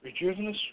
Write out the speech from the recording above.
Rejuvenous